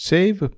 Save